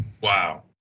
Wow